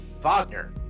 Wagner